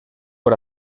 por